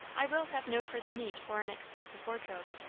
i will have no further need for an expensive wardrobe,